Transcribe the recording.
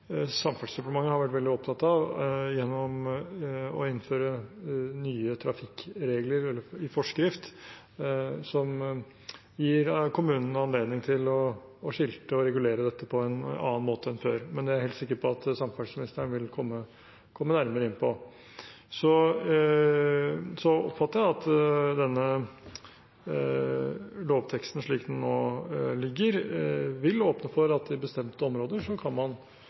gir kommunene anledning til å skilte og regulere dette på en annen måte enn før. Men det er jeg helt sikker på at samferdselsministeren vil komme nærmere inn på. Jeg oppfatter at denne lovteksten, slik den nå foreligger, vil åpne for at man i bestemte områder kan